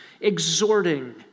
exhorting